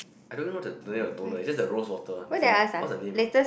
I don't know even know the the name of the toner is it the rose water one there's a what's the name ah